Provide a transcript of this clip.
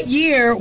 year